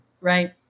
right